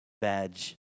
badge